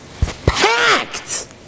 Packed